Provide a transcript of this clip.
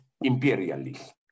imperialist